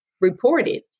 reported